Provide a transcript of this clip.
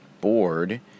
board